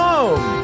Home